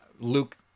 Luke